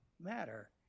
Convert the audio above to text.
matter